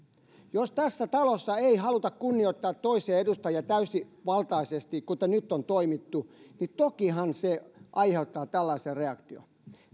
jos tässä talossa ei haluta kunnioittaa toisia edustajia täysivaltaisesti kuten nyt on toimittu tokihan se aiheuttaa tällaisen reaktion